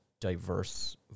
diverse